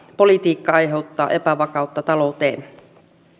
politiikka aiheuttaa epävakautta talouteen e